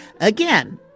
Again